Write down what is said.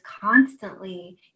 constantly